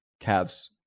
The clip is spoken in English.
Cavs